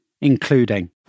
including